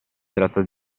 tratta